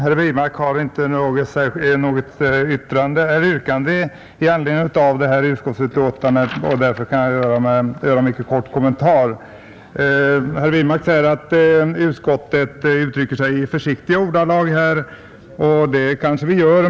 Fru talman! Herr Wirmark hade ju inte något yrkande i anledning av detta utskottsbetänkande, och därför kan jag göra en mycket kort kommentar. Herr Wirmark säger att utskottet uttrycker sig i försiktiga ordalag, och det kanske utskottet gör.